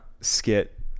skit